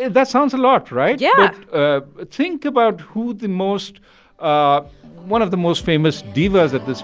yeah that sounds a lot. right? yeah but ah think about who the most ah one of the most famous divas at this